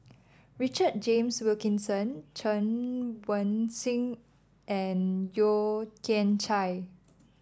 Richard James Wilkinson Chen Wen Hsi and Yeo Kian Chye